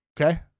Okay